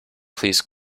please